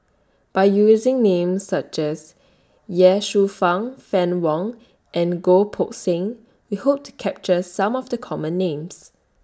By using Names such as Ye Shufang Fann Wong and Goh Poh Seng We Hope to capture Some of The Common Names